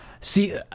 See